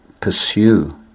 pursue